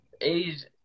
age